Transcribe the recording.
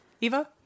Eva